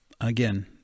again